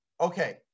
okay